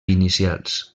inicials